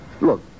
Look